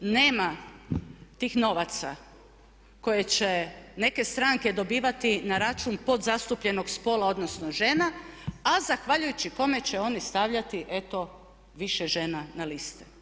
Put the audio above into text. Nema tih novaca koje će neke stranke dobivati na račun podzastupljenog spola odnosno žena a zahvaljujući kome će oni stavljati eto više žena na liste.